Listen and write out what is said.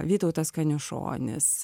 vytautas kaniušonis